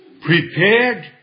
prepared